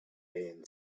man